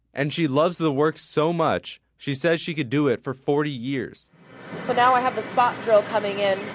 and she loves the work so much she says she could do it for forty years so now i have the spot drill coming in,